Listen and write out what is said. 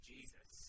Jesus